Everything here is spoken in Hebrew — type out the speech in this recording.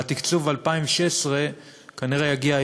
והתקצוב ל-2016 כנראה יגיע,